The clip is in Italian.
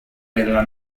della